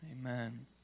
Amen